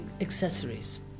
accessories